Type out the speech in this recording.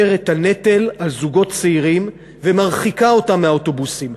את הנטל של זוגות צעירים ומרחיקה אותם מהאוטובוסים.